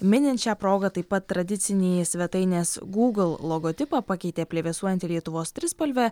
minint šią progą taip pat tradicinį svetainės google logotipą pakeitė plevėsuojanti lietuvos trispalvė